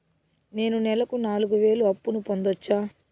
నేను నెలకు నాలుగు వేలు అప్పును పొందొచ్చా?